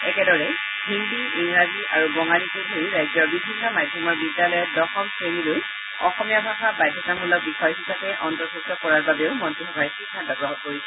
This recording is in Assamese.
একেদৰে হিন্দী ইংৰাজী আৰু বঙালীকে ধৰি ৰাজ্যৰ বিভিন্ন মাধ্যমৰ বিদ্যালয়ত দশম শ্ৰেণীলৈ অসমীয়া ভাষা বাধ্যতামূলক বিষয় হিচাপে অন্তৰ্ভুক্ত কৰাৰ বাবেও মন্নীসভাই সিদ্ধান্ত গ্ৰহণ কৰিছে